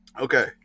Okay